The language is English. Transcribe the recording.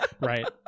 Right